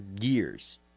years